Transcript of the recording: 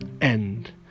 end